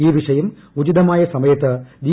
ഈ വിഷയം ഉചിതമായ സമയത്ത് ജി